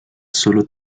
solo